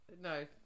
No